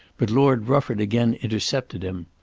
but lord rufford again intercepted him.